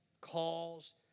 calls